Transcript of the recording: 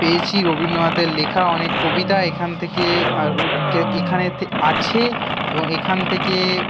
পেয়েছি রবীন্দ্রনাথের লেখা অনেক কবিতা এখান থেকে কে কে এখানেতে আছে এবং এখান থেকে